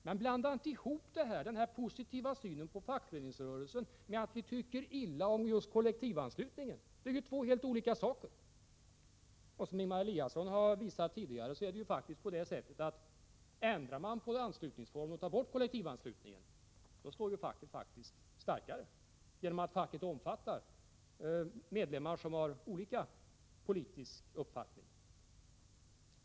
Men blanda inte ihop den positiva synen på fackföreningsrörelsen med det faktum att vi tycker illa om just kollektivanslutningen! Det är ju två helt olika saker. Som Ingemar Eliasson har påvisat tidigare är det ju på det sättet att ändrar man på anslutningsformen och tar bort kravet på kollektivanslutningen, blir facket faktiskt starkare — genom att facket omfattar medlemmar som har olika politisk uppfattning.